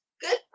Good